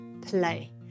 play